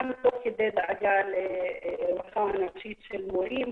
תוך כדי דאגה לרווחה הנפשית של מורים,